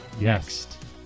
next